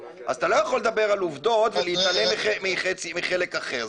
אז אתה לא יכול לדבר על עובדות ולהתעלם מחלק אחר.